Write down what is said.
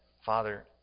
Father